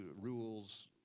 rules